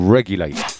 Regulate